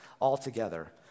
altogether